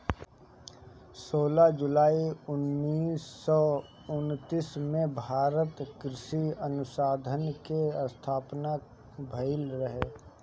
सोलह जुलाई उन्नीस सौ उनतीस में भारतीय कृषि अनुसंधान के स्थापना भईल रहे